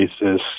basis